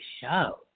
show